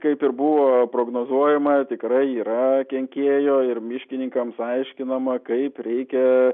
kaip ir buvo prognozuojama tikrai yra kenkėjų ir miškininkams aiškinama kaip reikia